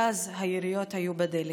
ואז היריות היו בדלת.